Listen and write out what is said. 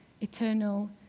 eternal